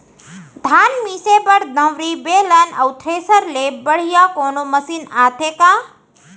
धान मिसे बर दंवरि, बेलन अऊ थ्रेसर ले बढ़िया कोनो मशीन आथे का?